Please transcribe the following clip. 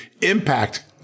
Impact